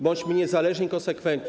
Bądźmy niezależni i konsekwentni.